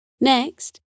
Next